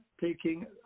taking